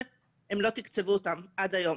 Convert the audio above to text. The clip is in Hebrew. הם לא תקצבו אותן עד היום.